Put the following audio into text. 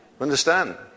Understand